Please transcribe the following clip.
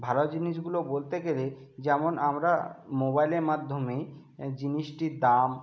ভালো জিনিসগুলো বলতে গেলে যেমন আমরা মোবাইলের মাধ্যমেই জিনিসটির দাম